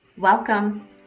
Welcome